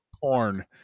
porn